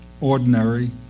ordinary